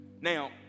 Now